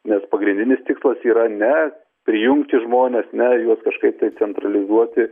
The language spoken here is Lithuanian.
nes pagrindinis tikslas yra ne prijungti žmonės ne juos kažkaip tai centralizuoti